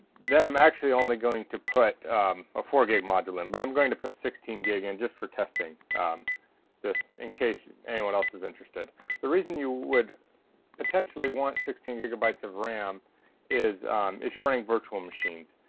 then i'm actually only going to put a four gig module in but i'm going to put sixteen gig and just for testing this in case anyone else is interested the reason you would potentially want sixteen gigabytes of ram is if you're running virtual machines,